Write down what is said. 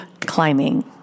climbing